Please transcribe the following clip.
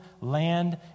land